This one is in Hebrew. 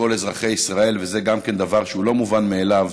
לכל אזרחי ישראל, וגם זה דבר שהוא לא מובן מאליו